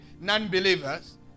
non-believers